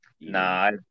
Nah